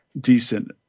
decent